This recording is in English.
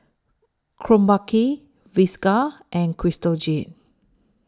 Krombacher Whiskas and Crystal Jade